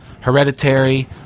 Hereditary